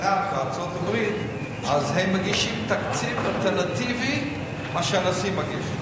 בסנאט בארצות-הברית הם מגישים תקציב אלטרנטיבי למה שהנשיא מגיש.